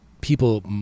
people